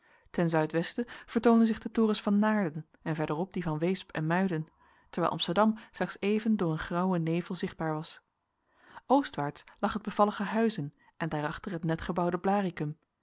ten zuidwesten vertoonden zich de torens van naarden en verder op die van weesp en muiden terwijl amsterdam slechts even door een grauwen nevel zichtbaar was oostwaarts lag het bevallige huizen en daarachter het netgebouwde blarikum